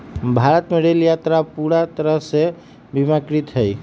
भारत में रेल यात्रा अब पूरा तरह से बीमाकृत हई